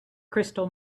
crystal